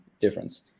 difference